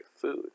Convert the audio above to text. food